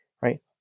right